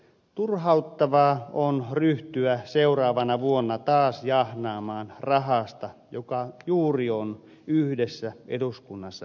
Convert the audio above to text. turhauttavaa on ryhtyä seuraavana vuonna taas jahnaamaan rahasta joka juuri on yhdessä eduskunnassa hyväksytty